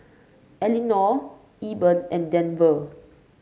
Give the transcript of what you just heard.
Elinore Eben and Denver